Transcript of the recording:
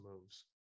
moves